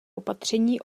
opatření